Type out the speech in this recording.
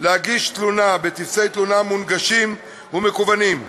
להגיש תלונה בטופסי תלונה מונגשים ומקוונים,